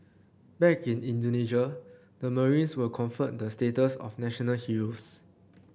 back in Indonesia the marines were conferred the status of national heroes